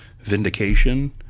vindication